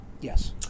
Yes